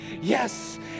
Yes